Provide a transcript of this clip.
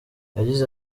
yagize